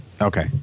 okay